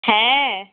হ্যাঁ